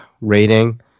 rating